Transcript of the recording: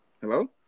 Hello